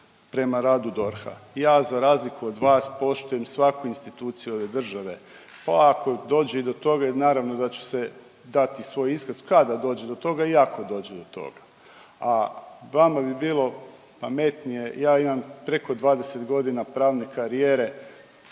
prema radu DORH-a. Ja za razliku od vas poštujem svaku instituciju ove države, pa ako dođe i do toga jer naravno da ću dati i svoj iskaz kada dođe do toga i ako dođe do toga. A vama bi bilo pametnije, ja imam preko 20 godina pravne karijere